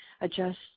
adjust